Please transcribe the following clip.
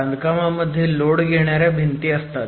बांधकामामध्ये लोड घेणार्या भिंती असतात